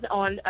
on